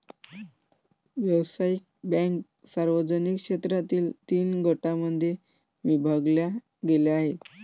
व्यावसायिक बँका सार्वजनिक क्षेत्रातील तीन गटांमध्ये विभागल्या गेल्या आहेत